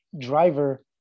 driver